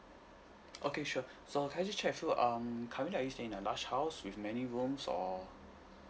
okay sure so can I just check with you um currently are you staying in a large house with many rooms or